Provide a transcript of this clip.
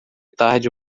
tarde